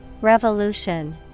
Revolution